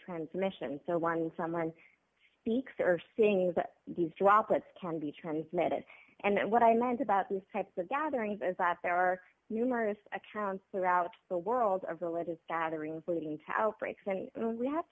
transmission so once someone speaks or seeing is that these droplets can be transmitted and what i meant about this type of gathering is that there are numerous accounts throughout the world of religious gatherings leading talc breaks and we have